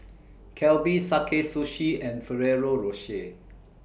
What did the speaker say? Calbee Sakae Sushi and Ferrero Rocher